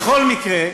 בכל מקרה,